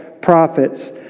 prophets